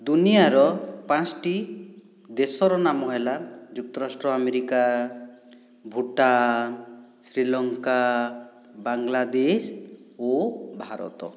ଦୁନିଆର ପାଞ୍ଚ୍ଟି ଦେଶର ନାମ ହେଲା ଯୁକ୍ତରାଷ୍ଟ୍ର ଆମେରିକା ଭୁଟାନ ଶ୍ରୀଲଙ୍କା ବାଂଲାଦେଶ ଓ ଭାରତ